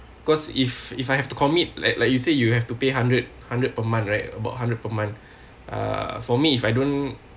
cause if if I have to commit like like you said you have to pay hundred hundred per month right about hundred per month uh for me if I don't